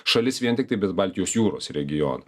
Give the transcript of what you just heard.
šalis vien tiktai bet baltijos jūros regioną